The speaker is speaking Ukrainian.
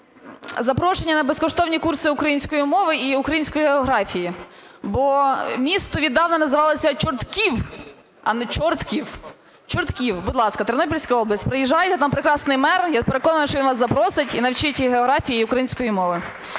запрошення на безкоштовні курси української мови і української географії. Бо місто віддавна називалося ЧорткІв, а не ЧОртків. ЧорткІв, будь ласка, Тернопільська область, приїжджаєте. Там прекрасний мер, я переконана, що він вас запросить і навчить і географії, і української мови.